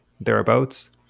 thereabouts